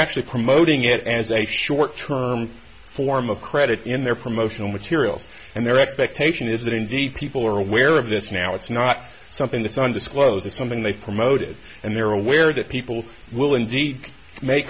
actually promoting it as a short term form of credit in their promotional materials and their expectation is that indeed people are aware of this now it's not something that's undisclosed it's something they promoted and they're aware that people will indeed may